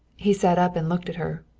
he sat up and looked at her.